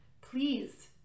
please